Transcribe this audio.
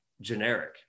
generic